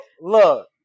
look